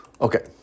Okay